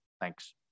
Thanks